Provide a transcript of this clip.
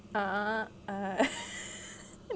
ah uh